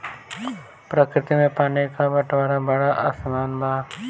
प्रकृति में पानी क बंटवारा बड़ा असमान बा